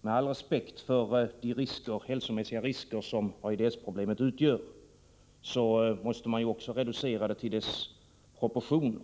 Med all respekt för de hälsomässiga risker som AIDS-problemet utgör måste man för det första reducera det till dess proportioner.